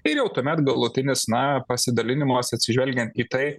ir jau tuomet galutinis na pasidalinimas atsižvelgiant į tai